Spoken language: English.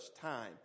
time